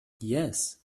yes